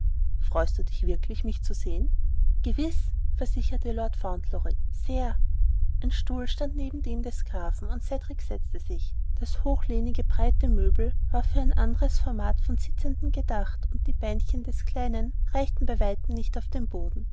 freust dich wirklich mich zu sehen gewiß versicherte lord fauntleroy sehr ein stuhl stand neben dem des grafen und cedrik setzte sich das hochlehnige breite möbel war für ein andres format von sitzenden berechnet und die beinchen des kleinen reichten bei weitem nicht auf den boden